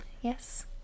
yes